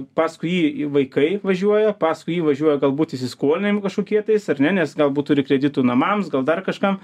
paskui jį vaikai važiuoja paskui jį važiuoja galbūt įsiskolinimai kažkokie tais ar ne nes galbūt turi kreditų namams gal dar kažkam